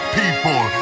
people